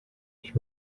ich